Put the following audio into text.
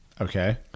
Okay